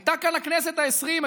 הייתה כאן הכנסת העשרים,